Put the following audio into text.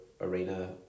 Arena